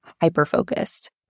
hyper-focused